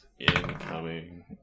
Incoming